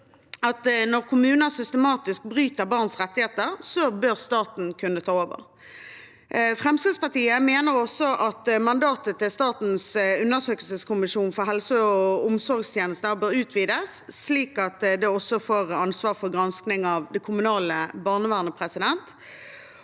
når kommuner systematisk bryter barns rettigheter, bør staten kunne ta over. Fremskrittspartiet mener også at mandatet til Statens undersøkelseskommisjon for helse- og omsorgstjenesten bør utvides, slik at den også får ansvar for gransking av det kommunale barnevernet. Dessuten